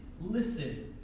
listen